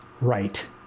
right